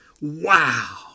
wow